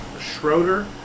Schroeder